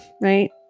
Right